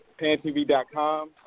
PantV.com